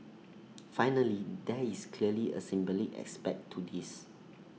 finally there is clearly A symbolic aspect to this